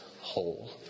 whole